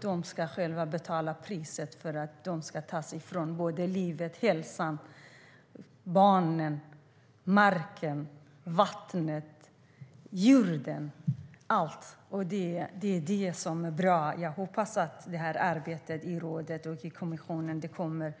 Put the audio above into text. De ska själva betala priset för att de tas ifrån hälsan, barnen, marken, vattnet, jorden, livet - allt! Jag hoppas att arbetet i rådet och kommissionen görs